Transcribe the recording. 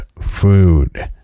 food